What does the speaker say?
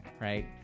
right